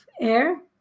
AIR